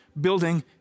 building